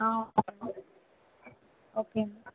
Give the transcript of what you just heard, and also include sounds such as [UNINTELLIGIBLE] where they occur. [UNINTELLIGIBLE] okay